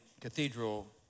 Cathedral